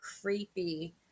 creepy